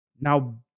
now